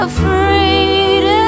Afraid